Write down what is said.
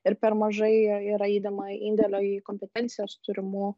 ir per mažai yra įdema indėlio į kompetencijos turimų